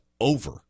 over